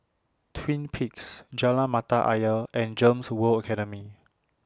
Twin Peaks Jalan Mata Ayer and Gems World Academy